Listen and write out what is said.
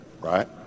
right